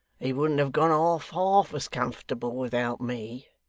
he wouldn't have gone off half as comfortable without me.